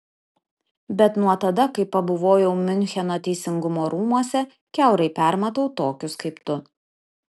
bet nuo tada kai pabuvojau miuncheno teisingumo rūmuose kiaurai permatau tokius kaip tu